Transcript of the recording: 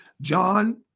John